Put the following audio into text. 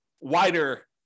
wider